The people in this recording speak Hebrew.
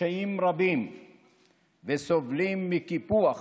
קשיים רבים וסובלים מקיפוח